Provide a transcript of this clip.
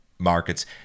markets